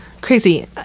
Crazy